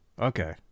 okay